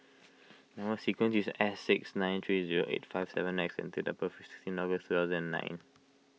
Number Sequence is S six nine three zero eight five seven X and date of birth is sixteen August two thousand and nine